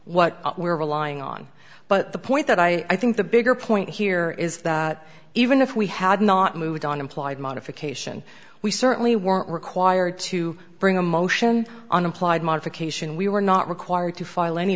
what we're relying on but the point that i think the bigger point here is that even if we had not moved on implied modification we certainly weren't required to bring a motion on implied modification we were not required to file any